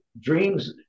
dreams